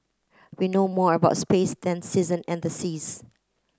we know more about space than season and the seas